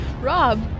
Rob